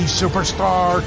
superstar